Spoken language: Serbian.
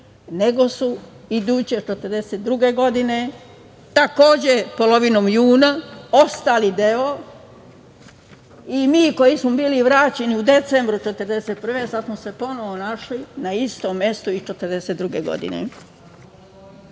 nego su iduće 1942. godine, takođe polovinom juna ostali deo i mi koji smo bili vraćeni u decembru 1941. godine sad smo se ponovo našli na istom mestu i 1942.